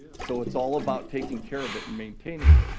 so it's all about taking care of it and maintaining it.